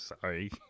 Sorry